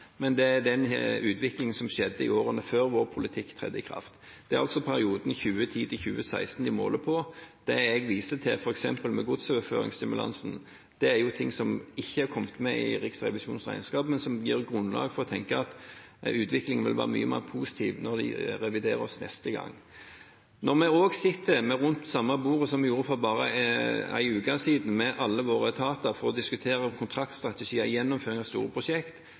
men den utviklingen som skjedde i årene før vår politikk trådte i kraft. Det er altså perioden 2010–2016 de måler på. Det jeg viste til f.eks. med godsoverføringsstimulansen, er ting som ikke har kommet med i Riksrevisjonens regnskap, men som gir grunnlag for å tenke at utviklingen vil være mye mer positiv når de reviderer oss neste gang. Når vi også sitter rundt samme bord, som vi gjorde for bare en uke siden med alle våre etater, for å diskutere kontraktsstrategier og gjennomføring av store